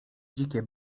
dzikie